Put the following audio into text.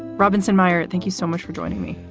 robinson, meyer, thank you so much for joining me.